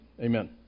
Amen